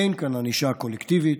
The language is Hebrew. אין כאן ענישה קולקטיבית.